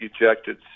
ejected